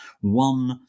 one